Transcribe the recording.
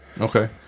Okay